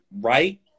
right